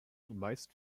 meist